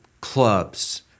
clubs